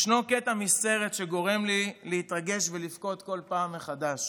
ישנו קטע מסרט שגורם לי להתרגש ולבכות כל פעם מחדש,